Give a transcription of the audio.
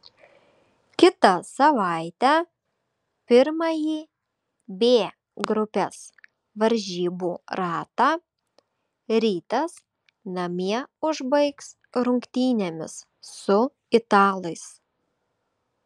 kitą savaitę pirmąjį b grupės varžybų ratą rytas namie užbaigs rungtynėmis su italais